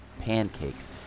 pancakes